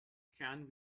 can